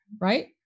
right